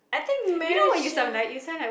think marriage uh